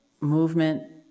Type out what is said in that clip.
movement